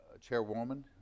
chairwoman